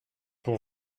pour